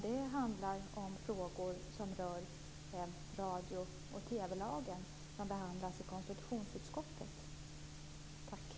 Det handlar om frågor som rör radio och TV lagen, som behandlas i konstitutionsutskottet.